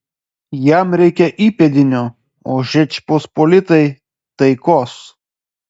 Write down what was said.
jam reikia įpėdinio o žečpospolitai taikos